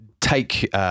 take